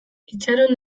itxaron